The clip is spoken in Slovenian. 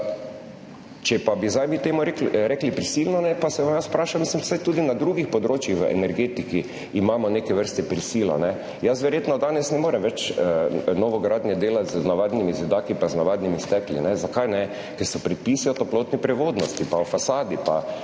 Če pa bi zdaj mi temu rekli prisilno, pa vas jaz vprašam, mislim, saj tudi na drugih področjih v energetiki imamo neke vrste prisilo. Jaz verjetno danes ne morem več delati novogradnje z navadnimi zidaki in z navadnimi stekli. Zakaj ne? Ker so predpisi o toplotni prevodnosti, pa o fasadi,